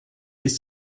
ist